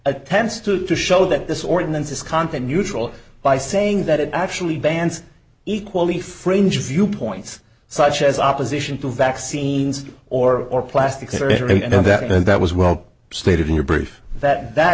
attempts to to show that this ordinance is content neutral by saying that it actually bans equally fringe viewpoints such as opposition to vaccines or or plastic surgery and that and that was well stated in your brief that that